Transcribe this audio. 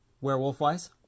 werewolf-wise